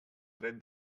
dret